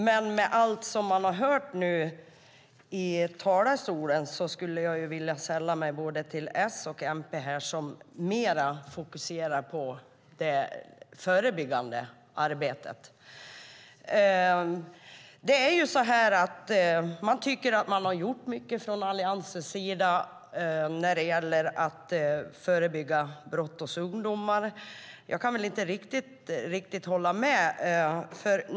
Men efter allt som jag har hört från talarstolen skulle jag vilja sälla mig till S och MP som mer fokuserar på det förebyggande arbetet. Alliansen tycker att man har gjort mycket för att förebygga brott hos ungdomar. Jag kan inte riktigt hålla med om det.